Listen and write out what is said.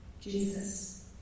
Jesus